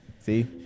See